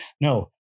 No